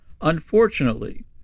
Unfortunately